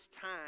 time